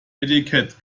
etikett